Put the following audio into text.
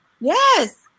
Yes